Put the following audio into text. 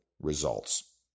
results